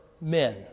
men